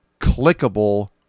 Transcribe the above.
clickable